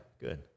good